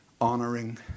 honoring